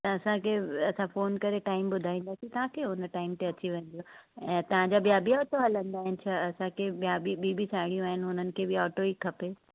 त असांखे असां फ़ोन करे टाइम ॿुधाईंदासीं तव्हांखे हुन टाइम ते अची वञिजो ऐं तव्हांजा ॿिया बि ऑटो हलंदा आहिनि छा असांखे ॿिया बि ॿीं बि साहिड़ियूं आहिनि उन्हनि खे बि ऑटो ई खपे